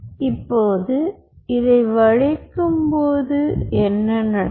இப்போது இதை வளைக்கும் போது என்ன நடக்கும்